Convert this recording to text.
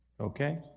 Okay